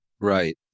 Right